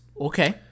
Okay